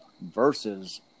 versus